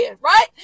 right